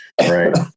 Right